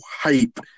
hype